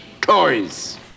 toys